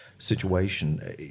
situation